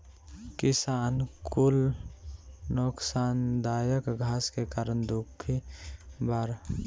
किसान कुल नोकसानदायक घास के कारण दुखी बाड़